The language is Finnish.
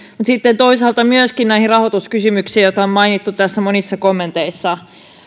sitten toisaalta myöskin näihin rahoituskysymyksiin joita on mainittu monissa kommenteissa